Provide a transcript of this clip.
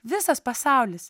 visas pasaulis